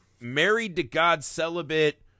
married-to-God-celibate